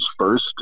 first